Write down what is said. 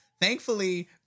thankfully